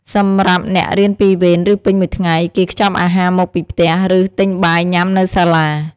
សម្រាប់អ្នករៀនពីរវេន ឬ ពេញមួយថ្ងៃ គេខ្ចប់អាហារមកពីផ្ទះ ឬ ទិញបាយញុាំនៅសាលា។